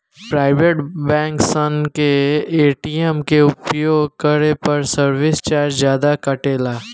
private bank सन के ATM के उपयोग करे पर सर्विस चार्ज जादा कटेला